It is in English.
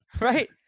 right